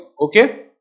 Okay